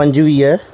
पंजवीह